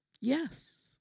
Yes